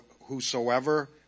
whosoever